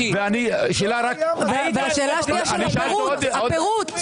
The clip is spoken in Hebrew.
והשאלה השנייה של הפירוט.